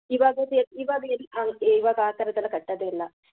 ಇವಾಗದು ಎಲ್ಲಿ ಇವಾಗ್ಲು ಎಲ್ಲಿ ಅ ಏ ಇವಾಗ ಆ ಥರದ್ದೆಲ್ಲ ಕಟ್ಟೋದೆ ಇಲ್ಲ